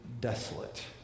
desolate